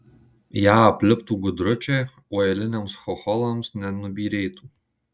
ją apliptų gudručiai o eiliniams chocholams nenubyrėtų